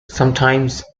sometimes